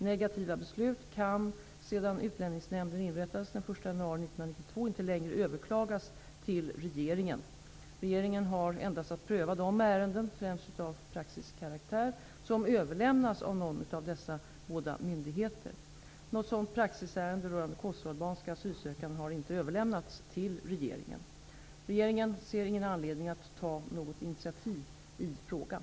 Negativa beslut kan, sedan Utlänningsnämnden inrättades den 1 januari 1992, inte längre överklagas till regeringen. Regeringen har endast att pröva de ärenden, främst av praxiskaraktär, som överlämnas av någon av dessa båda myndigheter. Något sådant praxisärende rörande kosovoalbanska asylsökande har inte överlämnats till regeringen. Regeringen ser ingen anledning att ta något initiativ i frågan.